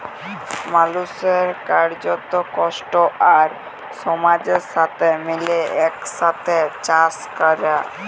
মালুসের কার্যত, কষ্ট আর সমাজের সাথে মিলে একসাথে চাস ক্যরা